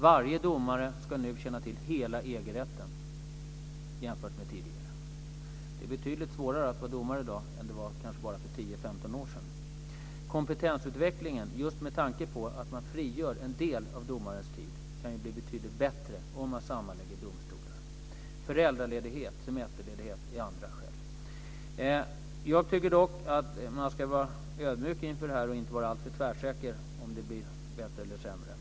Varje domare ska nu känna till hela EG-rätten, vilket inte behövdes tidigare. Det är betydligt svårare att vara domare i dag än det var för kanske bara 10-15 år sedan. Kompetensutvecklingen kan, just med tanke på att man frigör en del av domarens tid, bli betydligt bättre om man lägger samman domstolar. Föräldraledighet, semesterledighet är andra skäl. Jag tycker dock att man ska vara ödmjuk inför det här och inte vara alltför tvärsäker på att det blir bättre eller att det blir sämre.